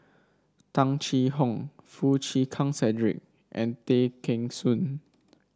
Tung Chye Hong Foo Chee Keng Cedric and Tay Kheng Soon